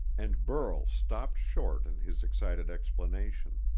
and burl stopped short in his excited explanation.